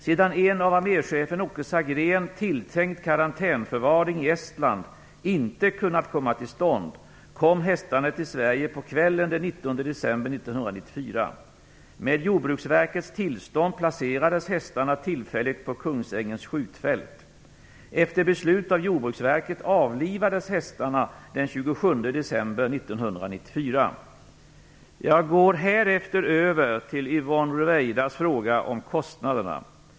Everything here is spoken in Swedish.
Sedan en av arméchefen Åke Sagrén tilltänkt karantänförvaring i Estland inte kunnat komma till stånd, kom hästarna till Sverige på kvällen den 19 Jag går härefter över till Yvonne Ruwaidas fråga om kostnaderna.